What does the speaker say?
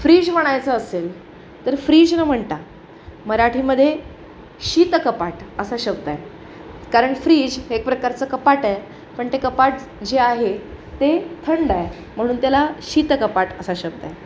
fridge म्हणायचं असेल तर फ्रीज न म्हणता मराठीमध्ये शीतकपाट असा शब्द आहे कारण फ्रीज हे एक प्रकारचं कपाट आहे पण ते कपाट जे आहे ते थंड आहे म्हणून त्याला शीतकपाट असा शब्द आहे